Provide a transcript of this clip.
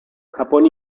japón